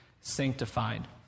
sanctified